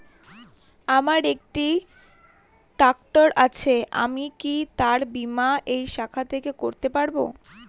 আমার একটি ট্র্যাক্টর আছে আমি কি তার বীমা এই শাখা থেকে করতে পারব?